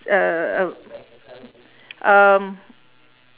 uhh um